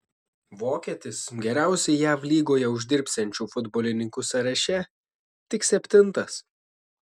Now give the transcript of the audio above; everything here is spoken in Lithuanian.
vokietis geriausiai jav lygoje uždirbsiančių futbolininkų sąraše tik septintas